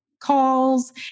calls